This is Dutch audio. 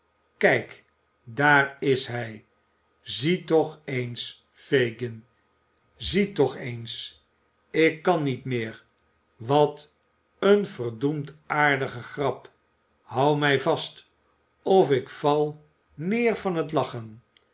kijk daar is hij zie toch eens fagin zie toch eens ik kan niet meer wat eene verdoemd aardige grap hou mij vast of ik val neer van t lachen